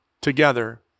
together